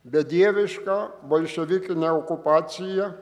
bedieviška bolševikinė okupacija